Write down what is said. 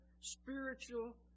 spiritual